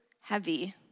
heavy